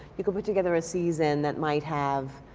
you could put together a season that might have